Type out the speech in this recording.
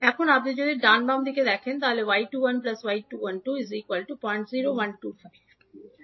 এখন আপনি যদি ডান বাম দিকে দেখেন তবে 𝐲22 𝐲21 0125 ⇒ 𝐲22 0125 𝐲21 0625S এর মান